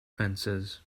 fences